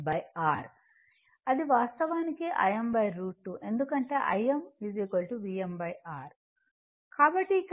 కాబట్టి ఇక్కడ Im Vm R